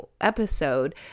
episode